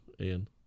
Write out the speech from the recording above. Ian